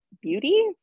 beauty